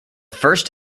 first